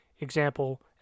Example